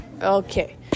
Okay